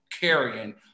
carrying